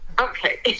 Okay